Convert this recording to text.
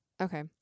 Okay